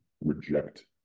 reject